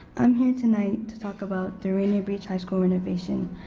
i'm here tonight to talk about the rainier beach high school renovation.